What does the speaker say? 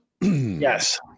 Yes